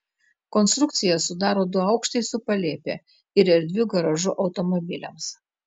konstrukciją sudaro du aukštai su palėpe ir erdviu garažu automobiliams